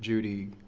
judy,